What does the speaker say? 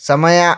ಸಮಯ